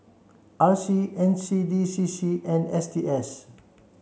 R C N C D C C and S T S